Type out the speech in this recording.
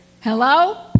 Hello